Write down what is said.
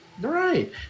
right